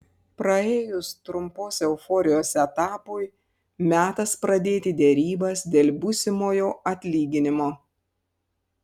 praėjus trumpos euforijos etapui metas pradėti derybas dėl būsimojo atlyginimo